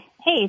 Hey